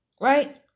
Right